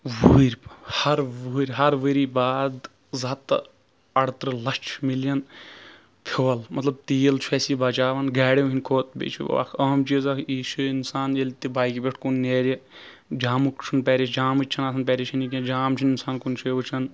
وُہٕرۍ ہر وُہٕرۍ ؤری باد زٕ ہَتھ تہٕ اَرترٕٛہ لَچھ مِلین کھیٚۄل مطلب تیٖل چھُ اَسہِ یہِ بَچاوان گاڑین ہٕنٛدۍ کھۄتہٕ بیٚیہِ چھُ اکھ عام چیٖز اکھ یہِ چھُ اِنسان ییٚلہِ تہِ بایکہِ پٮ۪ٹھ کُن نیرِ جامُک چھنہٕ جامُک چھنہٕ آسان پریشٲنی کیٚنٛہہ جام چھُ نہٕ اِنسان کُنہ جایہِ وٕچھان